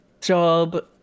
Job